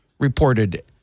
Reported